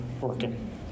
working